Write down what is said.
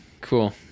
cool